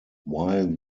while